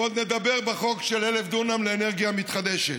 ועוד נדבר בחוק של 1,000 דונם לאנרגיה מתחדשת.